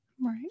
Right